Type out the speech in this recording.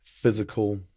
physical